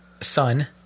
Son